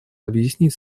объяснить